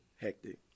hectic